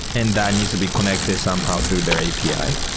and that needs to be connected somehow through their api.